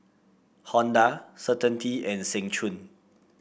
Honda Certainty and Seng Choon